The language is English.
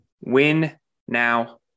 win-now